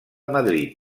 madrid